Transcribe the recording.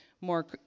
more